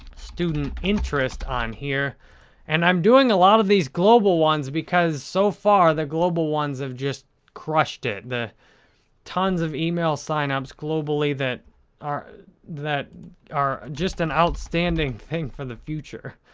student interest on here and i'm doing a lot of these global ones because, so far, the global ones have just crushed it. the tons of email sign-ups globally that are that are just an outstanding thing for the future,